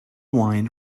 wine